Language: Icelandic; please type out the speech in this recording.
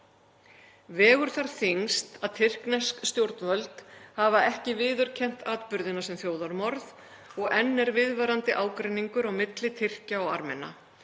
Vegur þar þyngst að tyrknesk stjórnvöld hafa ekki viðurkennt atburðina sem þjóðarmorð og enn er viðvarandi ágreiningur á milli Tyrkja og Armena,